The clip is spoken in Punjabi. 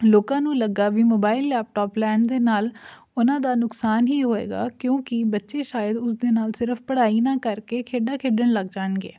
ਲੋਕਾਂ ਨੂੰ ਲੱਗਾ ਵੀ ਮੋਬਾਇਲ ਲੈਪਟੋਪ ਲੈਣ ਦੇ ਨਾਲ ਉਹਨਾਂ ਦਾ ਨੁਕਸਾਨ ਹੀ ਹੋਏਗਾ ਕਿਉਂਕਿ ਬੱਚੇ ਸ਼ਾਇਦ ਉਸਦੇ ਨਾਲ ਸਿਰਫ ਪੜ੍ਹਾਈ ਨਾ ਕਰਕੇ ਖੇਡਾਂ ਖੇਡਣ ਲੱਗ ਜਾਣਗੇ